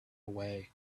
away